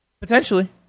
Potentially